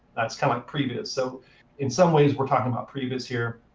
that's kind of like previz. so in some ways we're talking about previz here.